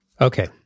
Okay